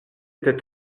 était